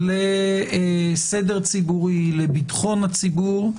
לסדר ציבורי, לביטחון הציבור.